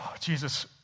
Jesus